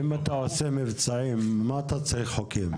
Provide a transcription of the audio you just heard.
אם אתה עושה מבצעים, למה אתה צריך חוקים?